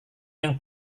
yang